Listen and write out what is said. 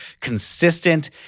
consistent